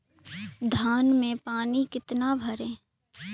धान में पानी कितना भरें?